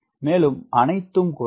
மேலும் அனைத்தும் குறையும்